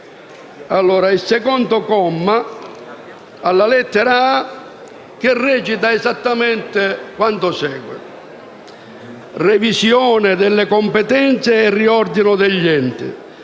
del secondo comma, che recita esattamente quanto segue: «revisione delle competenze e riordino degli enti,